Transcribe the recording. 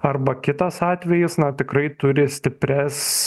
arba kitas atvejis na tikrai turi stiprias